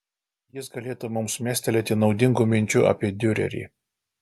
jis galėtų mums mestelėti naudingų minčių apie diurerį